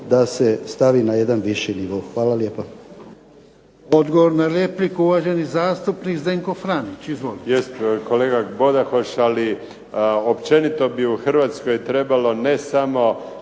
da se stavi na jedan viši nivo. Hvala lijepo.